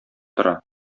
тора